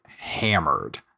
hammered